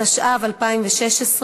התשע"ו 2016,